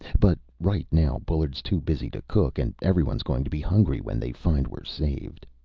but right now, bullard's too busy to cook, and everyone's going to be hungry when they find we're saved.